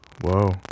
whoa